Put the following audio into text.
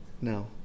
no